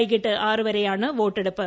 വൈകിട്ട് ആറ് വരെയാണ് വോട്ടെടുപ്പ്